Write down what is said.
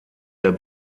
der